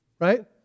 right